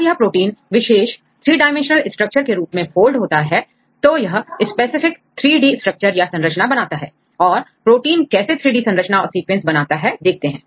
जब यह प्रोटीन विशेष थ्री डाइमेंशनल स्ट्रक्चर के रूप में फोल्ड होता है तो यह स्पेसिफिक 3D स्ट्रक्चर या संरचना बनाता है और प्रोटीन कैसे 3D संरचना और सीक्वेंस बनाता है देखते हैं